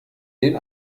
den